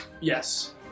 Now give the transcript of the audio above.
Yes